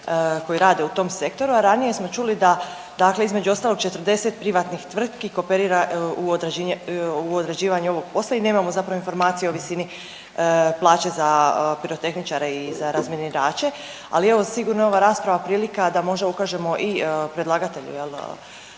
koji rade u tom sektoru, a ranije smo čuli da, dakle između ostalog 40 privatnih tvrtki kooperira u odrađivanju ovog posla i nemamo zapravo informaciju o visini plaće za pirotehničare i za razminirače. Ali evo, sigurno je ova rasprava prilika da možda ukažemo i predlagatelju